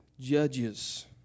Judges